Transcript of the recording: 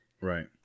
Right